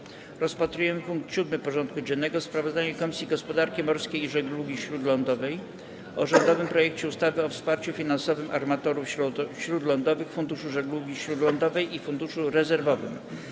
Powracamy do rozpatrzenia punktu 7. porządku dziennego: Sprawozdanie Komisji Gospodarki Morskiej i Żeglugi Śródlądowej o rządowym projekcie ustawy o wsparciu finansowym armatorów śródlądowych, Funduszu Żeglugi Śródlądowej i Funduszu Rezerwowym.